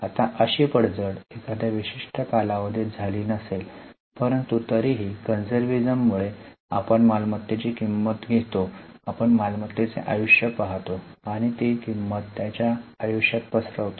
आता अशी पडझड एखाद्या विशिष्ट कालावधीत झाली नसेल परंतु तरीही conservatism मुळे आपण मालमत्तेची किंमत घेतो आपण मालमत्तेचे आयुष्य पाहतो आणि ती किंमत त्याच्या आयुष्यात पसरवितो